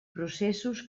processos